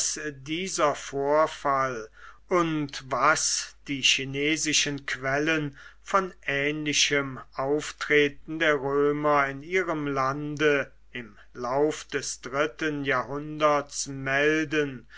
dieser vorfall und was die chinesischen quellen von ähnlichem auftreten der römer in ihrem lande im lauf des dritten jahrhunderts melden